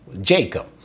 Jacob